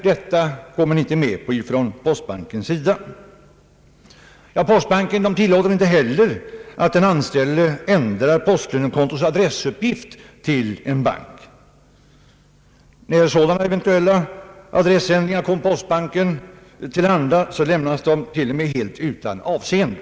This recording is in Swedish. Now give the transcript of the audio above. Detia går emellertid inte postbanken med på. Postbanken tillåter inte heller att den anställde ändrar postlönekontots adressuppgift till att avse annan bank. När sådana eventuella adressändringar kommer postbanken till handa, lämnas de till och med helt utan avseende.